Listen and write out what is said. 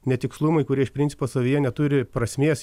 netikslumai kurie iš principo savyje neturi prasmės